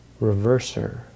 reverser